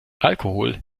alkohol